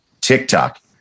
TikTok